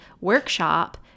workshop